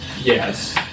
Yes